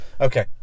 Okay